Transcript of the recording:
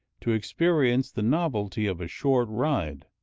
to experience the novelty of a short ride,